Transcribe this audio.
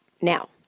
Now